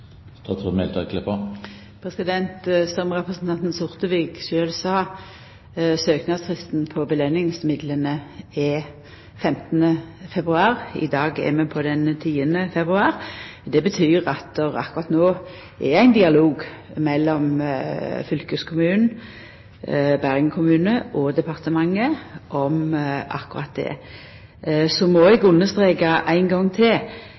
Som representanten Sortevik sjølv sa, søknadsfristen for påskjønningsmidlane er 15. februar. I dag er det den 10. februar. Det betyr at det akkurat no er ein dialog mellom fylkeskommunen, Bergen kommune og departementet om nettopp dette. Så må eg understreka ein gong til: